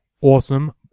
awesome